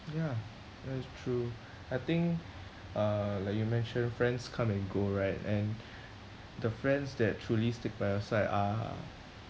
ya that is true I think uh like you mentioned friends come and go right and the friends that truly stick by your side are